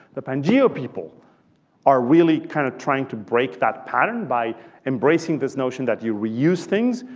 the pangeo people are really kind of trying to break that pattern by embracing this notion that you reuse things,